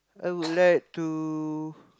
I would like to